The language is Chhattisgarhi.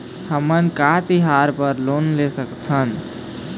हमन का तिहार बर लोन ले सकथन?